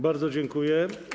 Bardzo dziękuję.